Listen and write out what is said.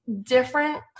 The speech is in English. different